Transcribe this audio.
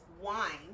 wine